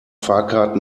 fahrkarten